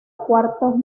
cuartos